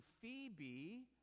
Phoebe